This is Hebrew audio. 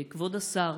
כבוד השר